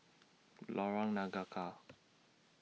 Lorong Nangka